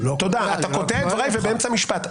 אתה קוטע אותי באמצע משפט.